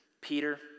peter